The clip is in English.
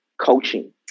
coaching